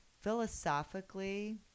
Philosophically